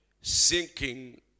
sinking